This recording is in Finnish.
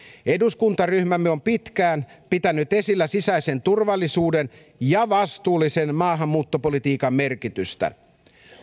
eduskuntaryhmämme on pitkään pitänyt esillä sisäisen turvallisuuden ja vastuullisen maahanmuuttopolitiikan merkitystä